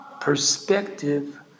perspective